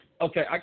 Okay